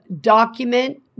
document